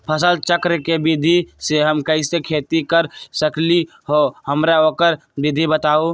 फसल चक्र के विधि से हम कैसे खेती कर सकलि ह हमरा ओकर विधि बताउ?